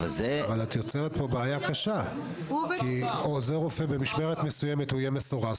אבל את יוצרת פה בעיה קשה כי עוזר רופא במשמרת מסוימת יהיה מסורס,